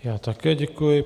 Já také děkuji.